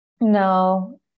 no